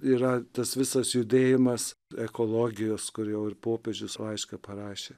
yra tas visas judėjimas ekologijos kur jau ir popiežius laišką parašė